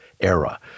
era